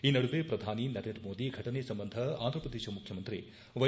ಈ ನಡುವೆ ಪ್ರಧಾನಿ ನರೇಂದ್ರ ಮೋದಿ ಘಟನೆ ಸಂಬಂಧ ಆಂಧ್ರಪ್ರದೇಶ ಮುಖ್ಯಮಂತ್ರಿ ವ್ಯೆ